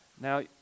Now